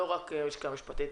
לא רק הלשכה המשפטית.